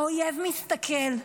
האויב מסתכל.